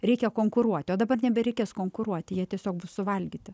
reikia konkuruoti o dabar nebereikės konkuruoti jie tiesiog bus suvalgyti